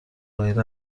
غیر